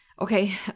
Okay